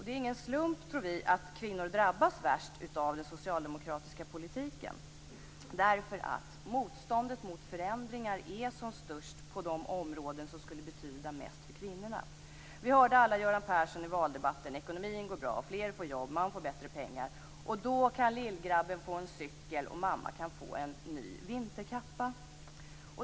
Det är ingen slump, tror vi, att kvinnor drabbas värst av den socialdemokratiska politiken. Motståndet mot förändringar är som störst på de områden som skulle betyda mest för kvinnorna. Vi hörde alla Göran Persson i valdebatten: Ekonomin går bra, fler får jobb, man får mer pengar. Då kan lillgrabben få en cykel och mamma kan få en ny vinterkappa.